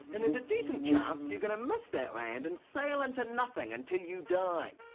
and there's a decent chance you're gonna miss that land and sail into nothing until you die.